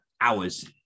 hours